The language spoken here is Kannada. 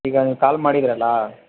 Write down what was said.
ಈಗ ನೀವು ಕಾಲ್ ಮಾಡಿದ್ದೀರಲ್ಲ